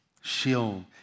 Shield